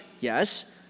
Yes